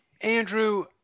Andrew